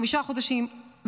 חמישה חודשים,